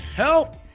help